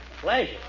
pleasure